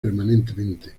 permanentemente